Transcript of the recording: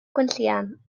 gwenllian